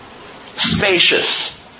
spacious